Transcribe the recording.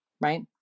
right